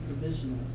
provisional